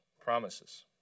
promises